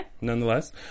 Nonetheless